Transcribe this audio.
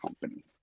company